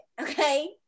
okay